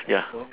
ya